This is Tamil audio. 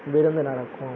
விருந்து நடக்கும்